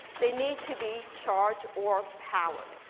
they need to be charged or powered.